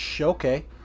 okay